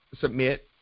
submit